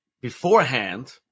beforehand